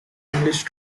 english